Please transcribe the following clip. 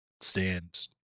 stand